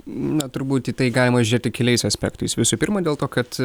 na turbūt į tai galima žiūrėti keliais aspektais visų pirma dėl to kad